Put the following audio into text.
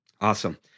Awesome